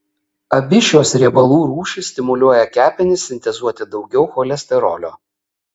abi šios riebalų rūšys stimuliuoja kepenis sintezuoti daugiau cholesterolio